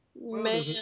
Man